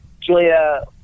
Julia